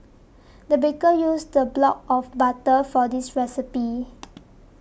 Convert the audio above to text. the baker used a block of butter for this recipe